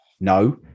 No